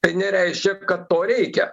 tai nereiškia kad to reikia